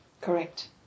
Correct